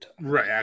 Right